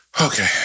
Okay